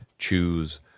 choose